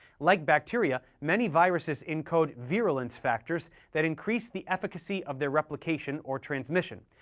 like bacteria, many viruses encode virulence factors that increase the efficiency of their replication or transmission,